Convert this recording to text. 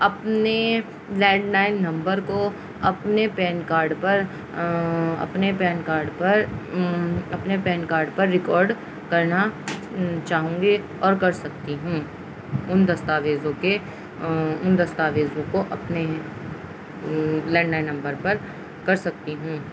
اپنے landline number کو اپنے پین کارڈ پر اپنے پین کارڈ پر اپنے پین کارڈ پر ریکارڈ کرنا چاہوں گے اور کر سکتی ہوں ان دستاویزوں کے ان دستاویزوں کو اپنے لینڈلائن نمبر پر کر سکتی ہوں